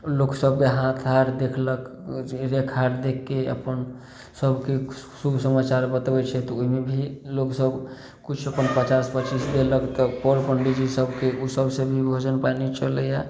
लोक सबके हाथ आर देखलक रेखा आर देखके अपन सबके शुभ समाचार बतबै छै तऽ ओहिमे भी लोग सब किछु अपन पचास पचीस देलक तऽ अपन पंडी जी सबके ओ सबसे भी भोजन पानी चलैया